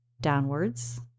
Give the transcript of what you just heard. downwards